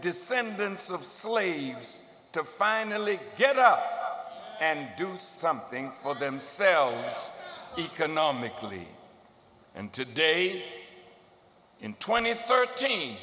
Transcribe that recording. descendants of slaves to finally get up and do something for themselves economically and to date in twenty thirteen